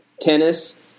tennis